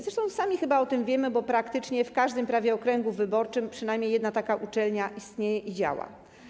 Zresztą sami chyba o tym wiemy, bo praktycznie w każdym prawie okręgu wyborczym przynajmniej jedna taka uczelnia istnieje i działa.